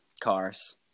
cars